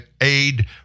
aid